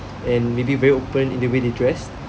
and maybe very open in the way they dress